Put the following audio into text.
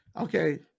Okay